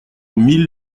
mille